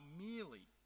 merely